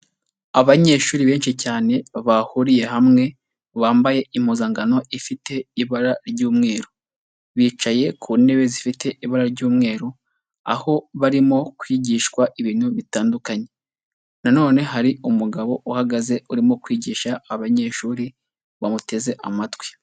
Abanyeshuri benshi cyane bahuriye hamwe, bambaye impuzankano ifite ibara ry'umweru, bicaye ku ntebe zifite ibara ry'umweru aho barimo kwigishwa ibintu bitandukanye, na none hari umugabo uhagaze urimo kwigisha abanyeshuri bamuteze amatwi.